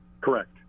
Correct